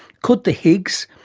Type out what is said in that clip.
could the higgs.